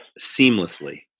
seamlessly